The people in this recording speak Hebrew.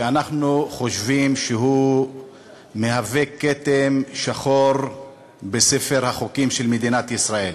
שאנחנו חושבים שהוא מהווה כתם שחור בספר החוקים של מדינת ישראל.